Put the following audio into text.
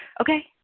okay